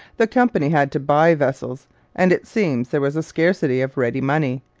the company had to buy vessels and it seems there was a scarcity of ready money,